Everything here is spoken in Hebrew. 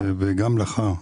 וגם לך,